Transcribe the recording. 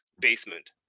basement